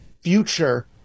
future